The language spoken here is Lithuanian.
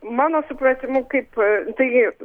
mano supratimu kaip tai